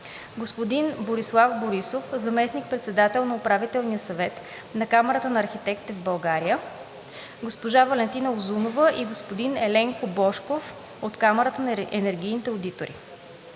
господин Борислав Борисов – заместник-председател на УС на Камарата на архитектите в България, госпожа Валентина Узунова и господин Еленко Божков от Камарата на енергийните одитори.